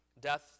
Death